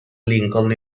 lincoln